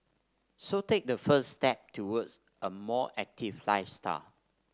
so take that first step towards a more active lifestyle